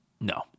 no